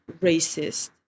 racist